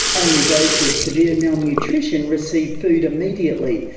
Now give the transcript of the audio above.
only those with severe malnutrition receive food immediately,